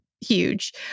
huge